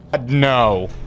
no